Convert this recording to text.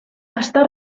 està